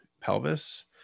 pelvis